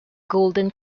golden